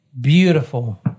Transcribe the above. beautiful